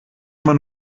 man